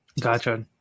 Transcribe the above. gotcha